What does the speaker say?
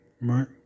right